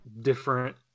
different